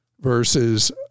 versus